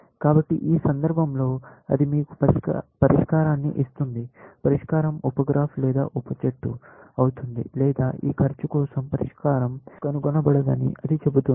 కాబట్టి ఈ సందర్భంలో అది మీకు పరిష్కారాన్ని ఇస్తుంది పరిష్కారం ఉప గ్రాఫ్ లేదా ఉప చెట్టు అవుతుంది లేదా ఈ ఖర్చు కోసం పరిష్కారం కనుగొనబడదని అది చెబుతుంది